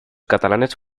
catalanes